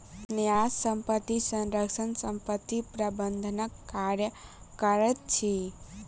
न्यास संपत्तिक संरक्षक संपत्ति प्रबंधनक कार्य करैत अछि